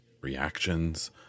reactions